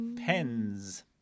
Pens